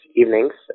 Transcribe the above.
evenings